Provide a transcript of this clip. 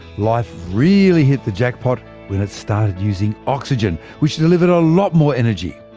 life really hit the jackpot when it started using oxygen which delivered a lot more energy.